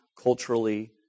culturally